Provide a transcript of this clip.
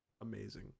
amazing